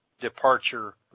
departure